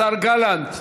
השר גלנט.